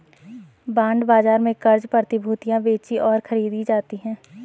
bond बाजार में क़र्ज़ प्रतिभूतियां बेचीं और खरीदी जाती हैं